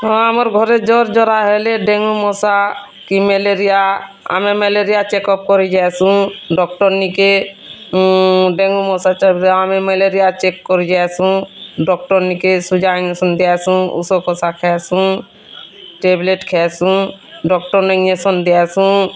ହଁ ଆମର୍ ଘରେ ଜର୍ ଜରା ହେଲେ ଡ଼େଙ୍ଗୁ ମଶା କି ମ୍ୟାଲେରିଆ ଆମେ ମ୍ୟାଲେରିଆ ଚେକ୍ ଅପ୍ କରି ଯାଏସୁଁ ଡ଼କ୍ଟର ନିକେ ଡ଼େଙ୍ଗୁ ମଶା ଆମେ ମ୍ୟାଲେରିଆ ଚେକ୍ କରିଯାଏସୁଁ ଡ଼କ୍ଟର ନିକେ ସୁଜା ଇଞ୍ଜେକ୍ସନ୍ ଦିଆସୁଁ ଉଷୋକଷା ଖାଏସୁଁ ଟ୍ୟାବଲେଟ୍ ଖେଏସୁଁ ଡ଼କ୍ଟର ନେ ଇଞ୍ଜେସନ୍ ଦିଆସୁଁ